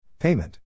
Payment